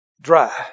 Dry